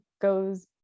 goes